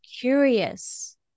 curious